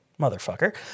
Motherfucker